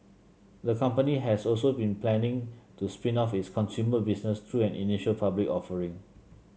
the company has also been planning to spin off its consumer business through an initial public offering